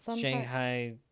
Shanghai